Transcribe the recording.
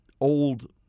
old